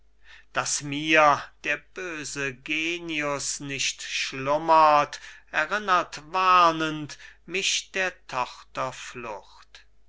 daß mir der böse genius nicht schlummert erinnert warnen mich der